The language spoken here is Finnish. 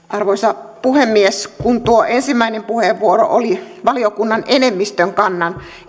arvoisa puhemies kun tuo ensimmäinen puheenvuoro oli valiokunnan enemmistön kannan